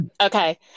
okay